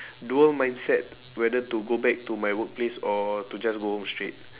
dual mindset whether to go back to my workplace or to just go home straight